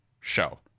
show